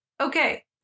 Okay